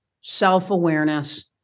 self-awareness